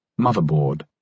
motherboard